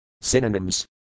Synonyms